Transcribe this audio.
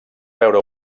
veure